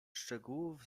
szczegółów